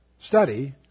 study